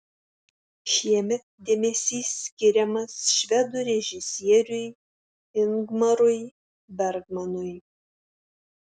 šiemet dėmesys skiriamas švedų režisieriui ingmarui bergmanui